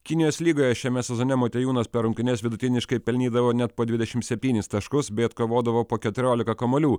kinijos lygoje šiame sezone motiejūnas per rungtynes vidutiniškai pelnydavo net po dvidešimt septynis taškus bei atkovodavo po keturiolika kamuolių